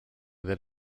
that